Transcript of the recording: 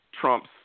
Trump's